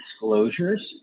disclosures